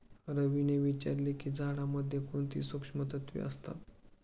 रवीने विचारले की झाडांमध्ये कोणती सूक्ष्म तत्वे असतात?